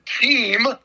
team